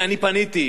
אני התרעתי,